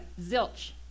zilch